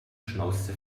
schnauzte